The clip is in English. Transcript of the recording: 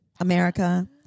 America